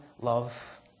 love